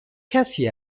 کسی